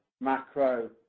macro